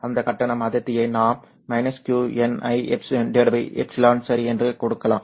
அந்த கட்டண அடர்த்தியை நாம் -qNi ε சரி என்று கொடுக்கலாம்